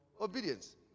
obedience